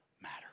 matter